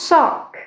Sock